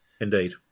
Indeed